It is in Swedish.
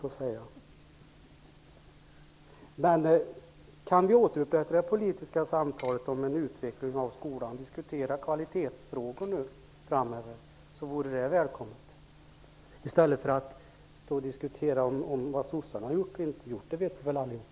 Det vore välkommet om vi kunde återupprätta det politiska samtalet om en utveckling av skolan och diskutera kvalitetsfrågor framöver i stället för att diskutera vad Socialdemokraterna har gjort och inte gjort. Det vet vi ju allihop.